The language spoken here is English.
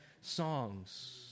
songs